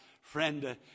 friend